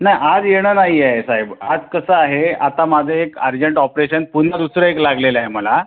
नाही आज येणं नाही आहे साहेब आज कसं आहे आता माझं एक अर्जंट ऑपरेशन पुन्हा दुसरं एक लागलेलं आहे मला